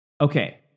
okay